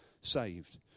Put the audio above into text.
saved